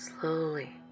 Slowly